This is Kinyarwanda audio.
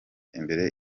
imbere